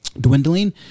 dwindling